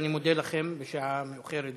אני מודה לכם, בשעה מאוחרת זו,